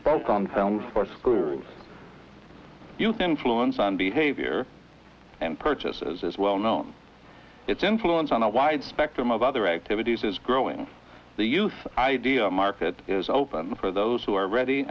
spoke on film or screw youth influence on behavior and purchases is well known its influence on a wide spectrum of other activities is growing the youth idea market is open for those who are ready